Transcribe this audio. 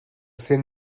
set